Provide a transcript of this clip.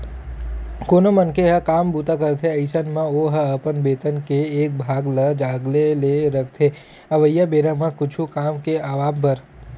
कोनो मनखे ह काम बूता करथे अइसन म ओहा अपन बेतन के एक भाग ल अलगे ले रखथे अवइया बेरा म कुछु काम के आवब बर